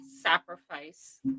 sacrifice